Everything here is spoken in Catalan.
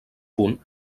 punt